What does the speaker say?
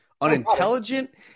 unintelligent